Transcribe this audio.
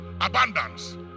Abundance